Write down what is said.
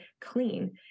clean